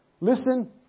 listen